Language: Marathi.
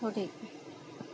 हो ठीक आहे